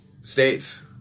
states